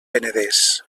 penedès